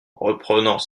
reprenant